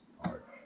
art